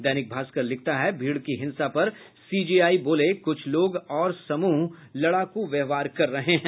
दैनिक भास्कर लिखता है भीड़ की हिंसा पर सीजेआई बोले कुछ लोग और समूह लड़ाकू व्यवहार कर रहे हैं